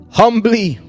humbly